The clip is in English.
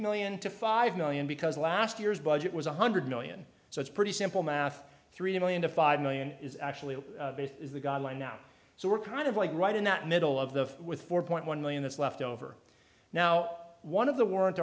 million to five million because last year's budget was one hundred million so it's pretty simple math three million to five million is actually the guideline now so we're kind of like right in that middle of the with four point one million that's left over now one of the w